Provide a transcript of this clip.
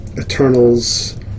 eternals